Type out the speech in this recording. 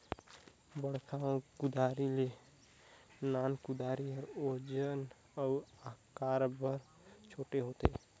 बड़खा कुदारी ले नान कुदारी कर ओजन अउ अकार हर छोटे रहथे